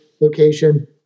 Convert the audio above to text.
location